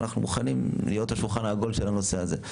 ואנחנו מוכנים להיות השולחן העגול של הנושא הזה.